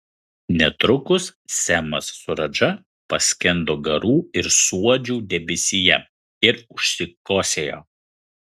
netrukus semas su radža paskendo garų ir suodžių debesyje ir užsikosėjo